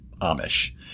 Amish